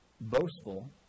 boastful